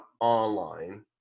online